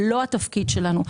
זה לא התפקיד שלנו.